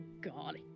God